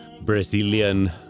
Brazilian